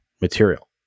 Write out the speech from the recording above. material